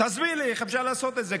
תסביר לי איך אפשר לעשות את זה.